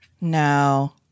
No